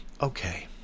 Okay